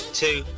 two